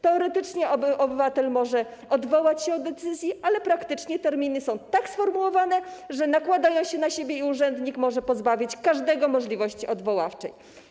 Teoretycznie obywatel może odwołać się od decyzji, ale praktycznie terminy są tak skonstruowane, że nakładają się na siebie i urzędnik może pozbawić każdego możliwości odwoławczej.